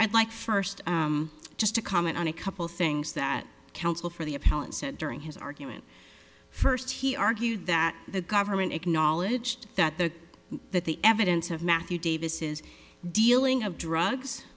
i'd like first just to comment on a couple things that counsel for the appellant said during his argument first he argued that the government acknowledged that the that the evidence of matthew davis's dealing of drugs